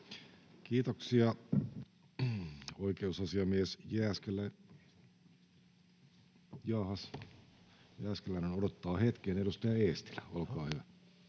Jääskeläinen... Jaahas, Jääskeläinen odottaa hetken. — Edustaja Eestilä, olkaa hyvä.